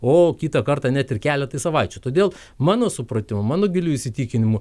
o kitą kartą net ir keletui savaičių todėl mano supratimu mano giliu įsitikinimu